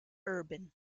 urban